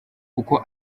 kuko